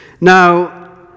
Now